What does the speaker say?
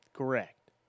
Correct